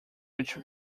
which